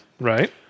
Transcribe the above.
right